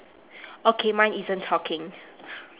okay mine isn't talking